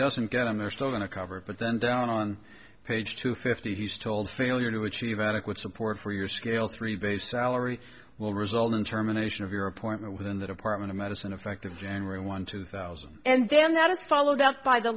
doesn't get them they're still going to cover it but then down on page two fifty he's told failure to achieve adequate support for your scale three base salary will result in terminations of your appointment within the department of medicine effective january one two thousand and then that is followed up by the